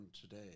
today